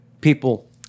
People